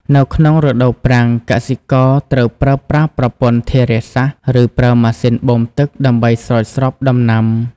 នៅក្នុងរដូវប្រាំង កសិករត្រូវប្រើប្រាស់ប្រព័ន្ធធារាសាស្ត្រ ឬប្រើម៉ាស៊ីនបូមទឹក ដើម្បីស្រោចស្រពដំណាំ។